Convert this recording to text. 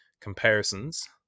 comparisons